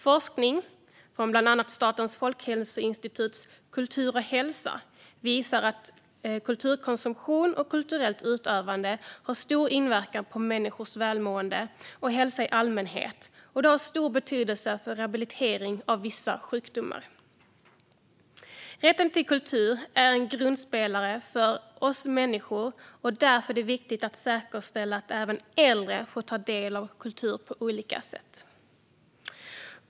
Enligt bland annat Statens folkhälsoinstituts Kultur för hälsa visar forskning att kulturkonsumtion och kulturellt utövande har stor inverkan på människors välmående och hälsa i allmänhet och har stor betydelse för rehabilitering av vissa sjukdomar. Rätten till kultur är en grundpelare för oss människor, och därför är det viktigt att säkerställa att även äldre får ta del av kultur på olika sätt.